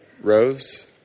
Rose